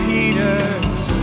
Peter's